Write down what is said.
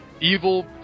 evil